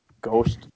Ghost